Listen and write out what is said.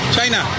China